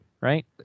right